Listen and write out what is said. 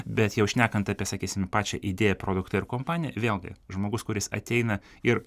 bet jau šnekant apie sakysim pačią idėją produktą ir kompaniją vėlgi žmogus kuris ateina ir